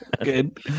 good